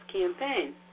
campaign